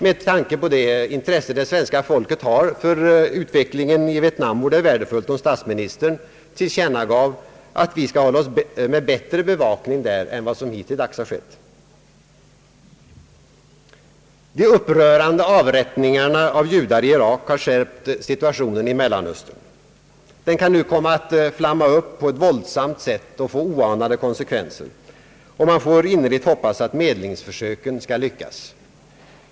Med tanke på det intresse svenska folket har för utvecklingen i Vietnam vore det värdefullt om statsministern tillkännagav att vi skall hålla oss med bättre bevakning där än vad som hittills skett. De upprörande avrättningarna av judar i Irak har skärpt situationen i Mellanöstern. Den kan nu komma att flamma upp på ett våldsamt sätt och få oanade konsekvenser. Man får innerligt hoppas att medlingsförsöken skall lyckas.